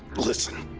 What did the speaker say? listen.